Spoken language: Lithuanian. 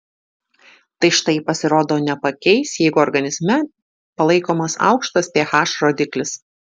tai štai pasirodo nepakeis jeigu organizme palaikomas aukštas ph rodiklis